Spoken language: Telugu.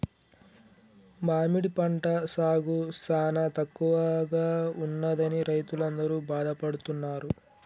మామిడి పంట సాగు సానా తక్కువగా ఉన్నదని రైతులందరూ బాధపడుతున్నారు